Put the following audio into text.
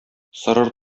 сорыр